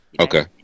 Okay